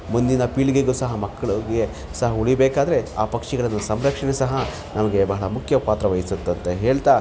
ಮುಂದಿನ ಪೀಳಿಗೆಗೂ ಸಹ ಮಕ್ಕಳಿಗೆ ಸಹ ಉಳಿಬೇಕಾದರೆ ಆ ಪಕ್ಷಿಗಳನ್ನು ಸಂರಕ್ಷಣೆ ಸಹ ನಮಗೆ ಬಹಳ ಮುಕ್ಯ ಪಾತ್ರವಹಿಸುತ್ತೆ ಅಂತ ಹೇಳ್ತಾ